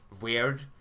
weird